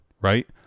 right